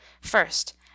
first